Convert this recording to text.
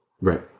Right